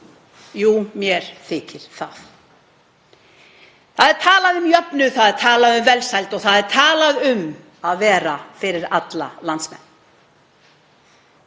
Jú, mér þykir það. Það er talað um jöfnuð, það er talað um velsæld og það er talað um að vera fyrir alla landsmenn.